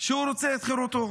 שהוא רוצה את חירותו.